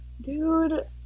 dude